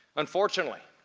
unfortunately,